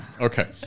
Okay